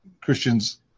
Christians